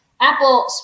Apple